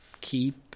keep